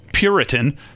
Puritan